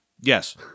Yes